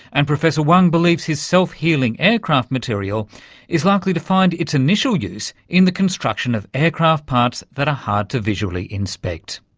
and professor wang believes his self-healing aircraft material is likely to find its initial use in the construction of aircraft parts that are hard to visually inspect.